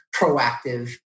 proactive